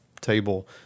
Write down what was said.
table